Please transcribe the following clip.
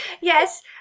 Yes